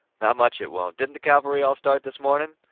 not much it won't. didn't the cavalry all start this morning?